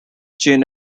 chain